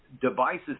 devices